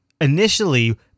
initially